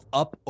up